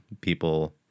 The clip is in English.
People